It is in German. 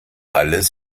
alles